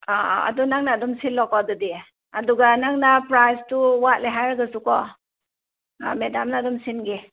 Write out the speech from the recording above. ꯑꯥ ꯑꯥ ꯑꯗꯨ ꯅꯪꯅ ꯑꯗꯨꯝ ꯁꯤꯜꯂꯣꯀꯣ ꯑꯗꯨꯗꯤ ꯑꯗꯨꯒ ꯅꯪꯅ ꯄ꯭ꯔꯥꯏꯁꯇꯨ ꯋꯥꯠꯂꯦ ꯍꯥꯏꯔꯒꯁꯨ ꯀꯣ ꯃꯦꯗꯥꯝꯅ ꯑꯗꯨꯝ ꯁꯤꯟꯒꯦ